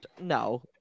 no